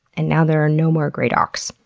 and now there are no more great auks.